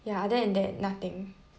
ya other than that nothing